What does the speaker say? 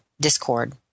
Discord